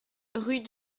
rue